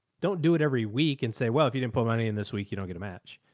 don't do it every week and say, well, if you didn't put money in this week, you don't get a match.